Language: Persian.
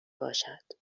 باشد